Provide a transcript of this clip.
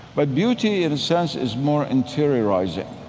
but beauty in a sense is more interiorizing.